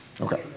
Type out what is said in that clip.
Okay